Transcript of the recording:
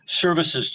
services